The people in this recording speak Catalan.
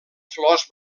flors